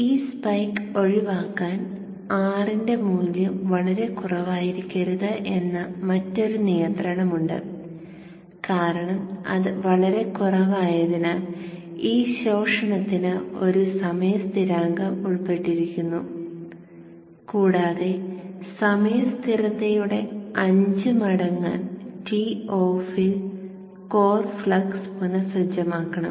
ഈ സ്പൈക്ക് ഒഴിവാക്കാൻ R ന്റെ മൂല്യം വളരെ കുറവായിരിക്കരുത് എന്ന മറ്റൊരു നിയന്ത്രണമുണ്ട് കാരണം അത് വളരെ കുറവായതിനാൽ ഈ ശോഷണത്തിന് ഒരു സമയ സ്ഥിരാങ്കം ഉൾപ്പെട്ടിരിക്കുന്നു കൂടാതെ സമയ സ്ഥിരതയുടെ അഞ്ച് മടങ്ങ് T ഓഫിൽ കോർ ഫ്ലക്സ് പുനഃസജ്ജമാക്കണം